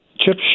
chip